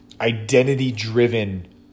identity-driven